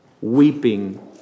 weeping